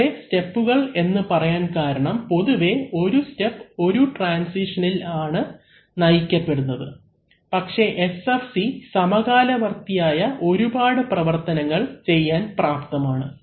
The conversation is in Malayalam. ഇവിടെ സ്റ്റെപ്കൾ എന്ന് പറയാൻ കാരണം പൊതുവേ ഒരു സ്റ്റെപ് ഒരു ട്രാൻസിഷനിൽ ആണ് നയിക്കപ്പെടുന്നത് പക്ഷേ SFC സമകാലവർത്തിയായ ഒരുപാട് പ്രവർത്തനങ്ങൾ ചെയ്യാൻ പ്രാപ്തമാണ്